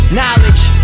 knowledge